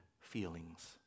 feelings